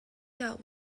that